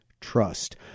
trust